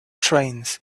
trains